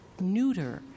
neuter